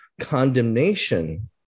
condemnation